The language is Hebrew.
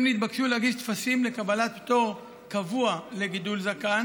הם התבקשו להגיש טפסים לקבלת פטור קבוע לגידול זקן